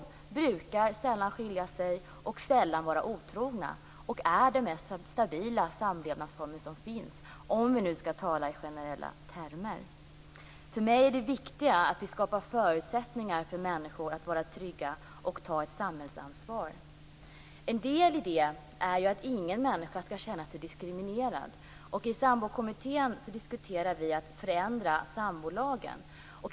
De brukar sällan skilja sig och sällan vara otrogna. Det är den mest stabila samlevnadsform som finns, om vi nu skall tala i generella termer. För mig är det viktiga att vi skapar förutsättningar för människor att vara trygga och ta ett samhällsansvar. En del i det är att ingen människa skall känna sig diskriminerad. I sambokommittén diskuterar vi en förändring av sambolagen.